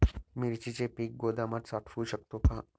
मिरचीचे पीक गोदामात साठवू शकतो का?